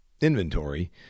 inventory